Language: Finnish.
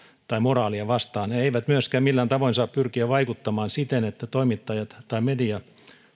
tai moraalia vastaan he eivät myöskään millään tavoin saa pyrkiä vaikuttamaan siten että toimittajat tai media